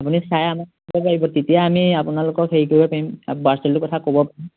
আপুনি চাই আমাক ক'ব পাৰিব তেতিয়া আমি আপোনালোকক হেৰি কৰিব পাৰিম আৰু কথা ক'ব পাৰিম